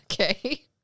Okay